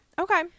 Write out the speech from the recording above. okay